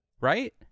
right